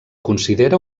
considera